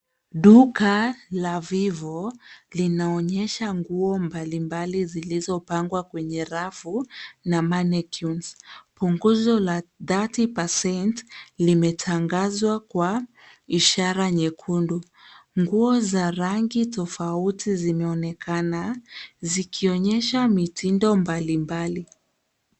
Duka la (cs) Vivo (cs) linaonyesha nguo mbalimbali zilizopangwa kwenye rafu na mannequins . Punguzo la thirty percent limetangazwa kwa ishara nyekundu. Nguo za rangi tofauti zinaonekana zikionyesha mitindo mbalimbali.